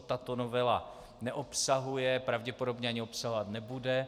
To tato novela neobsahuje a pravděpodobně ani obsahovat nebude.